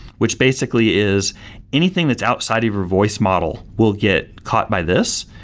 which basically is anything that's outside of your voice model will get caught by this.